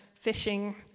fishing